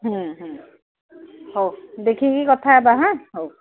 ହୁଁ ହୁଁ ହଉ ଦେଖିକି କଥା ହେବା ହଁ ହଉ